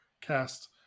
cast